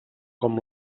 com